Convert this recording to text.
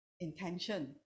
intention